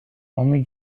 only